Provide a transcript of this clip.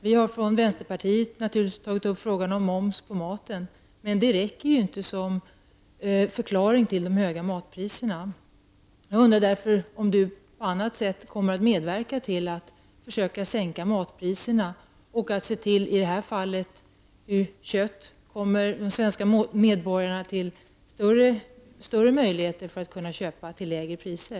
Vi har naturligtvis i vänsterpartiet tagit upp frågan om momsen på maten, men det räcker inte som förklaring till de höga matpriserna. Jag undrar därför om jordbruksministern på annat sätt kommer att medverka till att försöka sänka matpriserna och att i det här fallet se till att de svenska medborgarna får större möjligheter att köpa kött till lägre priser.